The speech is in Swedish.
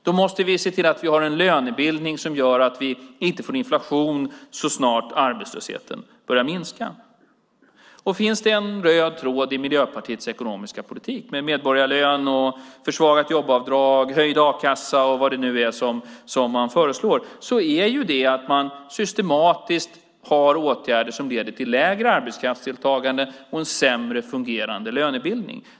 Då måste vi se till att ha en lönebildning som gör att vi inte får inflation så snart arbetslösheten börjar minska. Finns det en röd tråd i Miljöpartiets ekonomiska politik, med medborgarlön, försvagat jobbavdrag, höjd a-kassa och annat som man föreslår, är det att man systematiskt har åtgärder som leder till lägre arbetskraftsdeltagande och en sämre fungerande lönebildning.